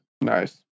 Nice